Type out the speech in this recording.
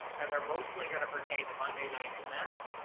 and they are mostly going to pertain to monday nights events.